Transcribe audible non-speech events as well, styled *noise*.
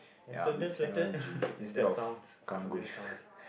*noise* *laughs* and their sounds the familiar sounds